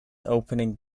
opening